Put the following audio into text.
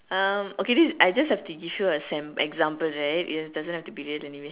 okay this I just have to give you a an example right it doesn't have to be real anyway